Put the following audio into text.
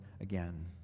again